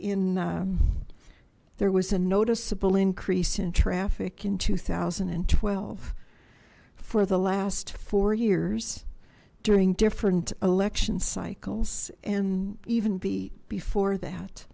in there was a noticeable increase in traffic in two thousand and twelve for the last four years during different election cycles and even b before that